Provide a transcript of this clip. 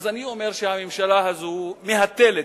אז אני אומר שהממשלה הזאת מהתלת,